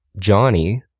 Johnny